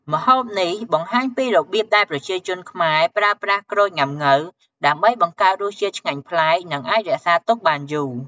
ម្ហូបនេះបង្ហាញពីរបៀបដែលប្រជាជនខ្មែរប្រើប្រាស់ក្រូចងុាំង៉ូវ ដើម្បីបង្កើតរសជាតិឆ្ងាញ់ប្លែក និងអាចរក្សាទុកបានយូរ។